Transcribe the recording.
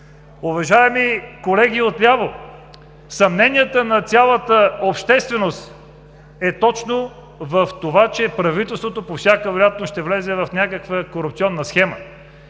Уважаеми колеги от ляво, съмненията на цялата общественост е точно в това, че правителството по всяка вероятност ще влезе в някаква корупционна схема.